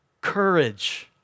courage